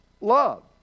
love